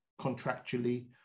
contractually